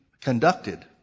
conducted